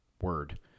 word